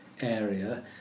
area